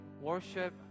worship